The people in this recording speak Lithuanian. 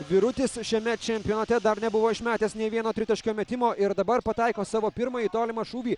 vyrutis šiame čempionate dar nebuvo išmetęs nei vieno tritaškio metimo ir dabar pataiko savo pirmąjį tolimą šūvį